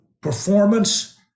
performance